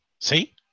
See